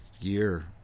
year